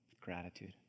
gratitude